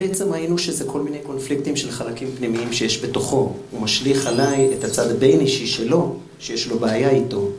בעצם ראינו שזה כל מיני קונפליקטים של חלקים פנימיים שיש בתוכו הוא משליך עליי את הצד הבין אישי שלו, שיש לו בעיה איתו